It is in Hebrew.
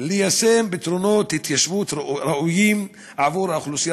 ליישם פתרונות התיישבות ראויים עבור האוכלוסייה